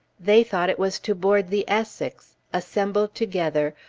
they thought it was to board the essex, assembled together,